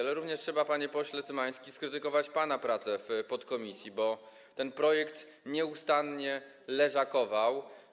Trzeba również, panie pośle Cymański, skrytykować pana pracę w podkomisji, bo ten projekt nieustannie leżakował.